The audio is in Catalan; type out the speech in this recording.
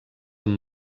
amb